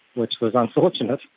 which was unfortunate.